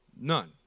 None